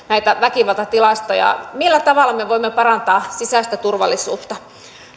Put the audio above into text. näitä väkivaltatilastoja millä tavalla me voimme parantaa sisäistä turvallisuutta